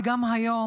וגם היום,